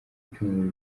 by’umubiri